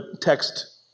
text